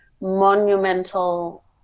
monumental